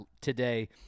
today